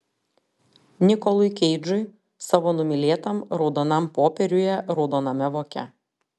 nikolui keidžui savo numylėtam raudonam popieriuje raudoname voke